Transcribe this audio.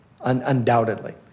undoubtedly